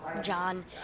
John